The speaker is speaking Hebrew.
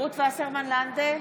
רות וסרמן לנדה,